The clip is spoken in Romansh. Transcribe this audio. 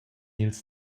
ils